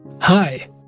Hi